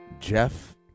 Jeff